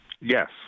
Yes